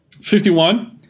51